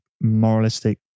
moralistic